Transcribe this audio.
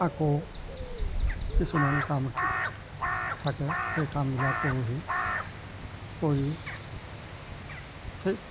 আকৌ কিছুমান কাম থাকে সেই কামবিলাক কৰোঁহি কৰি ঠিক